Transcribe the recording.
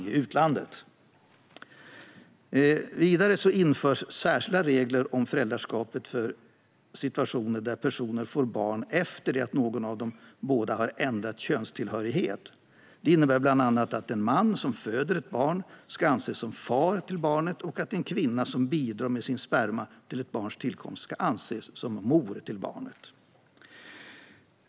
Vidare införs särskilda regler om föräldraskap för situationer där personer får barn efter det att någon av dem eller båda har ändrat könstillhörighet. Detta innebär bland annat att en man som föder ett barn ska anses som far till barnet och att en kvinna som bidrar med sin sperma till ett barns tillkomst ska anses som mor till barnet.